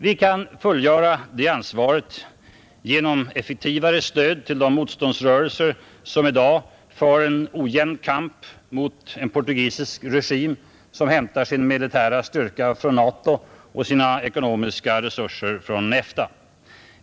Vi kan fullgöra det ansvaret genom effektivare stöd till de motstånds rörelser, som i dag för en ojämn kamp mot en portugisisk regim, vilken hämtar sin militära styrka från NATO och sina ekonomiska resurser från EFTA.